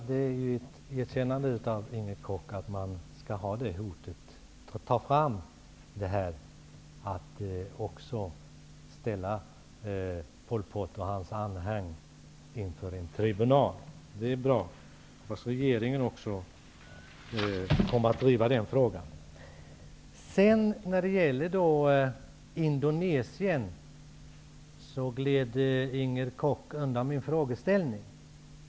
Herr talman! Jag noterar att Inger Koch anser att också Pol Pot och hans anhang skall ställas inför en tribunal, och det är bra. Jag hoppas att regeringen kommer att driva den frågan. När det gäller Indonesien gled Inger Koch undan min frågeställning.